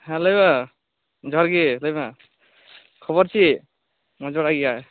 ᱦᱮᱸ ᱞᱟᱹᱭ ᱢᱮ ᱡᱚᱦᱟᱨ ᱜᱮ ᱞᱟᱹᱭ ᱢᱮ ᱠᱷᱚᱵᱚᱨ ᱪᱮᱫ ᱢᱚᱸᱡᱽ ᱵᱟᱲᱟᱜᱮᱭᱟᱭ